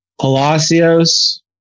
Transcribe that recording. Palacios